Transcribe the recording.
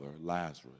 lazarus